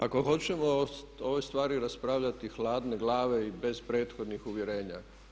Ako hoćemo o ovoj stvari raspravljati hladne glave i bez prethodnih uvjerenja.